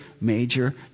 major